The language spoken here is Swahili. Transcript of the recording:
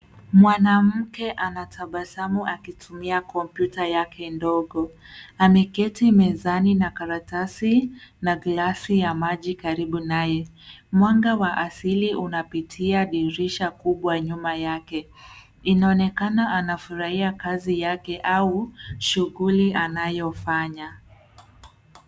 Mwanamke anatabasamu akitumia kompyuta yake ndogo. Ameketi mezani na karatasi na glasi ya maji karibu naye. Mwanga wa asili unapitia dirisha kubwa nyuma yake. Inaonekana anafurahia kazi yake au shughuli anayofanya.